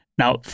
Now